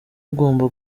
ugomba